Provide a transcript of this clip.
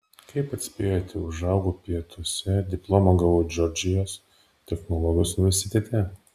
kaip atspėjote užaugau pietuose diplomą gavau džordžijos technologijos universitete